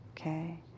Okay